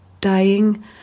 dying